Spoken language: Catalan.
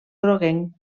groguenc